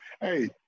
Hey